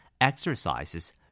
exercises